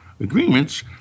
agreements